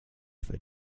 for